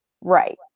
Right